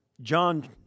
John